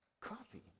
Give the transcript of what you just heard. Coffee